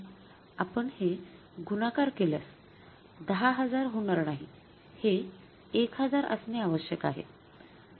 आपण हे गुणाकार केल्यास १०००० होणार नाही हे १००० असणे आवश्यक आहे